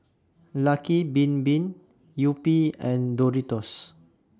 Lucky Bin Bin Yupi and Doritos